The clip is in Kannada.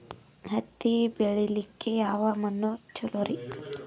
ಹತ್ತಿ ಬೆಳಿಲಿಕ್ಕೆ ಯಾವ ಮಣ್ಣು ಚಲೋರಿ?